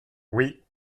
oui